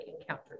encounter